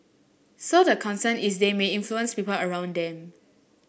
so the concern is they may influence people around them